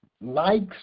Likes